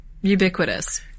ubiquitous